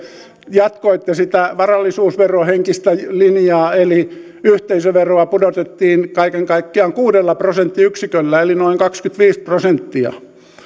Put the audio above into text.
jatkoitte sitä varallisuusverohenkistä linjaa eli yhteisöveroa pudotettiin kaiken kaikkiaan kuudella prosenttiyksiköllä eli noin kaksikymmentäviisi prosenttia